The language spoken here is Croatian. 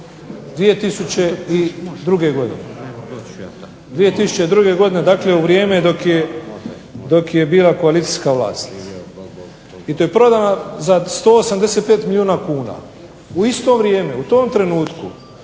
2002. godine. Dakle, u vrijeme dok je bila koalicijska vlast. I to je prodana za 185 milijuna kuna. U isto vrijeme u tom trenutku